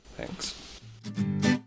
Thanks